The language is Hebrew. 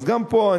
אז גם פה,